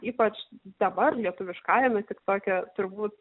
ypač dabar lietuviškajame tik toke turbūt